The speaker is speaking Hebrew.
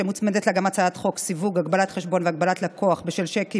שמוצמדת לה הצעת חוק סיווג הגבלת חשבון והגבלת לקוח בשל צ'קים